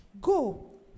go